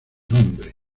nombre